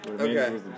Okay